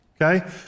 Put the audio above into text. okay